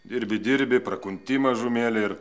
dirbi dirbi prakunti mažumėlę ir